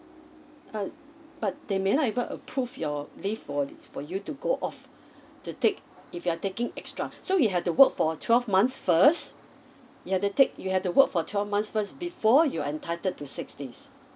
uh but they may not even approve your leave for this for you to go off to take if you are taking extra so you have to work for twelve months first yeah they take you have to work for twelve months first before you are entitled to six days